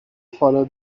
follow